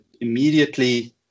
immediately